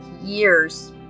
years